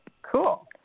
Cool